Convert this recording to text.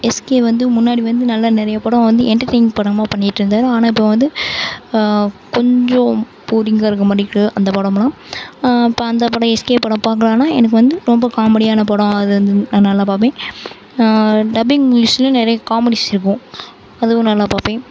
SK வந்து முன்னாடி வந்து நல்ல நிறைய படோம் வந்து என்டர்டெயினிங் படமாக பண்ணிட்டிருந்தாரு ஆனால் இப்போது வந்து கொஞ்சம் போரிங்காக இருக்க மாதிரி இருக்கு அந்த படம்லாம் அப்போ அந்த படம் எஸ்கே படம் பார்க்கலான்னா எனக்கு வந்து ரொம்ப காமெடியான படம் அது வந்து அது நல்லா பார்ப்பேன் டப்பிங் மூவிங்ஸில் நிறைய காமெடிஸ் இருக்கும் அதுவும் நல்லா பார்ப்பேன்